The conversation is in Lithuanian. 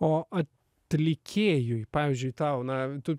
o atlikėjui pavyzdžiui tau na tu